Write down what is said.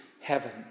heaven